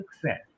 success